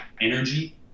energy